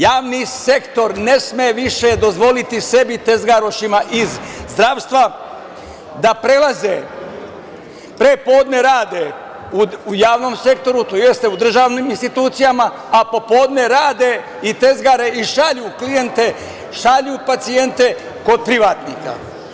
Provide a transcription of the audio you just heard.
Javni sektor ne sme više dozvoliti sebi tezgarošima iz zdravstva da prelaze, pre podne rade u javnom sektoru, tj. u državnim institucijama, a po podne rade i tezgare i šalju klijente, šalju pacijente kod privatnika.